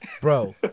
Bro